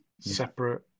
separate